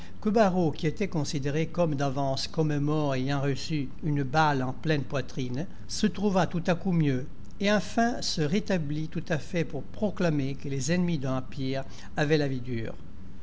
barot qui était considéré comme d'avance comme mort ayant reçu une balle en pleine poitrine se trouva tout à coup mieux et enfin se rétablit tout à fait pour proclamer que les ennemis de l'empire avaient la vie dure